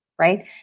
Right